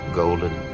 golden